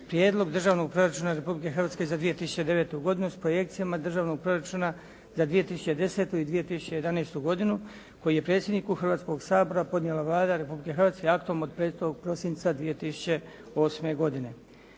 Prijedlog državnog proračuna Republike Hrvatske za 2009. godinu, s projekcijama državnog proračuna za 2010. i 2011. godinu koji je predsjedniku Hrvatskoga sabora podnijela Vlada Republike Hrvatske aktom od 5. prosinca 2008. godine.